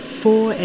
four